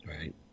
Right